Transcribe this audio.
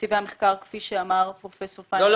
שתקציבי המחקר, כפי שאמר פרופסור פינרמן --- לא.